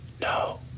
No